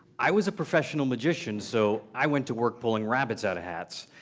i was a professional magician, so i went to work pulling rabbits out of hats.